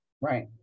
right